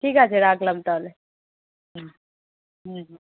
ঠিক আছে রাখলাম তাহলে হুম হুম হুম